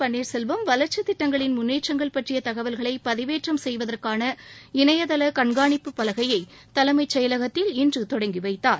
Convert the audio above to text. பன்னீர்செல்வம் வளர்ச்சித் திட்டங்களின் முன்னேற்றங்கள் பற்றிய தகவல்களை பதிவேற்றம் செய்வதற்கான இணையதள கண்ணிப்பு பலகையை தலைமைச் செயலகத்தில் இன்று தொடங்கி வைத்தார்